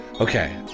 Okay